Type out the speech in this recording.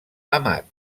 amat